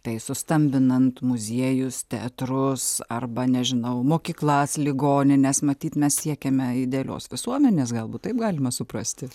tai sustambinant muziejus teatrus arba nežinau mokyklas ligonines matyt mes siekiame idealios visuomenės galbūt taip galima suprasti